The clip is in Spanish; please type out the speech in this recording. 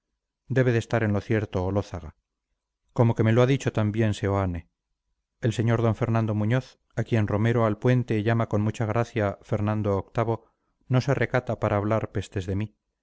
debe de estar en lo cierto olózaga como que me lo ha dicho también seoane el sr d fernando muñoz a quien romero alpuente llama con mucha gracia fernando octavo no se recata para hablar pestes de mí